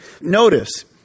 Notice